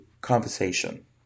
conversation